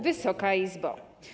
Wysoka Izbo!